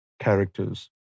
characters